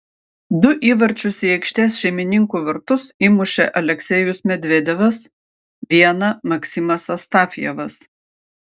du įvarčius į aikštės šeimininkų vartus įmušė aleksejus medvedevas vieną maksimas astafjevas